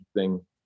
interesting